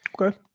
Okay